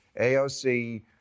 AOC